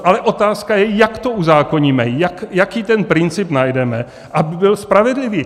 Ale otázka je, jak to uzákoníme, jaký ten princip najdeme, aby byl spravedlivý.